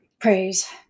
Praise